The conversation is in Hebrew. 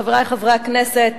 חברי חברי הכנסת,